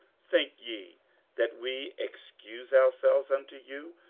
think ye that we excuse ourselves unto you?